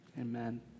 Amen